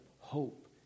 hope